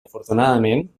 afortunadament